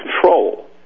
control